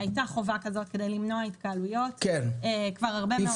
הייתה חובה כזאת כדי למנוע התקהלויות כבר הרבה מאוד זמן.